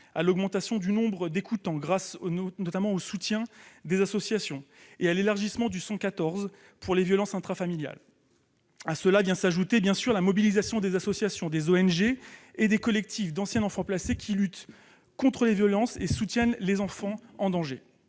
à l'augmentation du nombre d'écoutants, grâce notamment au soutien des associations, et à l'élargissement du 114 pour les violences intrafamiliales. À cela vient s'ajouter la mobilisation des associations, des organisations non gouvernementales (ONG) et des collectifs d'anciens enfants placés qui luttent contre les violences et soutiennent les enfants en danger.